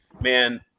Man